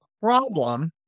problem